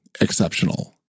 exceptional